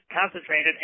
concentrated